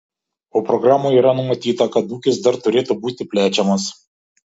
o programoje yra numatyta kad ūkis dar turėtų būti plečiamas